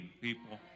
people